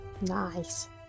Nice